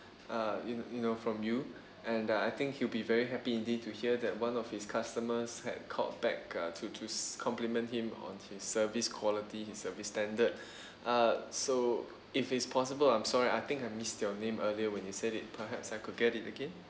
uh you~ you know from you and uh I think he'll be very happy indeed to hear that one of his customers had called back uh to to compliment him on his service quality his service standard uh so if it's possible I'm sorry I think I missed your name earlier when you said it perhaps I could get it again